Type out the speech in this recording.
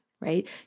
Right